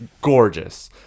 gorgeous